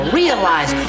realize